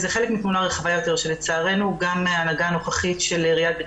זה חלק מתמונה רחבה יותר שלצערנו גם ההנהגה הנוכחית של עיריית בית